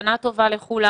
שנה טובה לכולם.